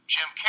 Jim